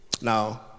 Now